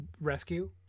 rescue